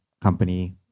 company